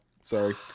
Sorry